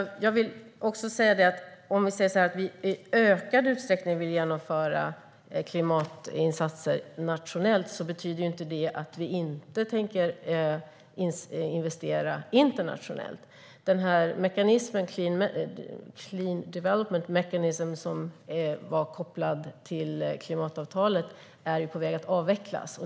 Om vi i ökad utsträckning vill genomföra klimatinsatser nationellt betyder inte det att vi inte tänker investera internationellt. Clean development mechanism, som var kopplad till klimatavtalet, är på väg att avvecklas.